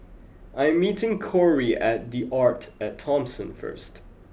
I'm meeting Kory at the Arte at Thomson first